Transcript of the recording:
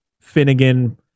finnegan